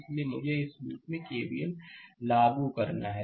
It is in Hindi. इसलिए मुझे इस लूप में केवीएल को लागू करना है